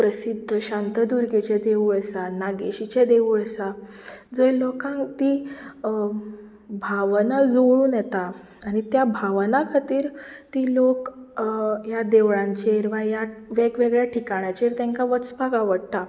प्रसिध्द शांतदुर्गेचें देवूळ आसा नागेशीचें देवूळ आसा जंय लोकांक तीं भावना जुळून येता आनी त्या भावना खातीर तीं लोक ह्या देवळांचेर वा ह्या वेग वेगळ्या ठिकाणांचेर तेंका वचपाक आवडटा